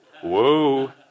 Whoa